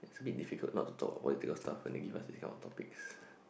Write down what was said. it's a bit difficult not to talk about political stuff when they give us these kind of topics